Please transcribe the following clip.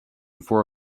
for